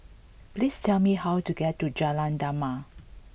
please tell me how to get to Jalan Damai